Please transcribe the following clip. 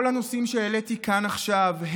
כל הנושאים שהעליתי כאן עכשיו,